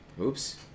oops